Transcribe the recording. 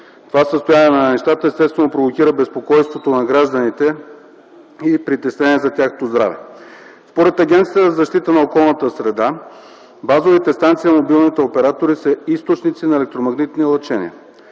Това състояние на нещата естествено провокира безпокойството на гражданите и ги притеснява за тяхното здраве. Според Агенцията за защита на околната среда базовите станции на мобилните оператори са източници на електромагнитни лъчения.